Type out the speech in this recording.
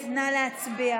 להצביע,